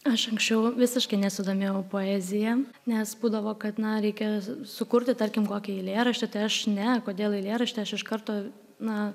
aš anksčiau visiškai nesidomėjau poezija nes būdavo kad na reikia sukurti tarkim kokį eilėraštį tai aš ne kodėl eilėraštį aš iš karto na